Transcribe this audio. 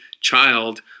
child